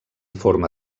forma